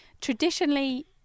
traditionally